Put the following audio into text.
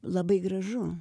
labai gražu